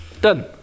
Done